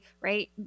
right